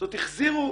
זאת אומרת, החזירו